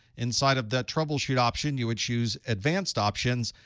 inside of that troubleshoot option, you would choose advanced options.